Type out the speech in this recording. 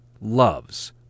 loves